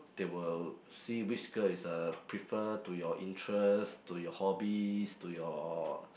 they will see which girl is uh prefer to your interest to your hobbies to your